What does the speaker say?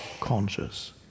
conscious